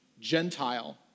Gentile